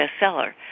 bestseller